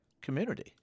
community